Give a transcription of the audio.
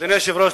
אדוני היושב-ראש.